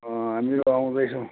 हामीहरू आउँदै छौ